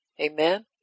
amen